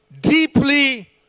deeply